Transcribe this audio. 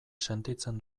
sentitzen